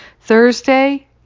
Thursday